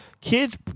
Kids